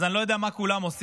אז אני לא יודע מה כולם עושים,